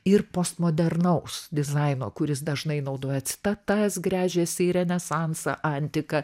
ir postmodernaus dizaino kuris dažnai naudoja citatas gręžiasi į renesansą antiką